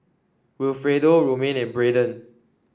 Wilfredo Romaine and Brayden